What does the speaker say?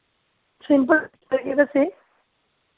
simple दा केह् दस्से